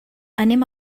anem